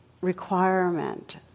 requirement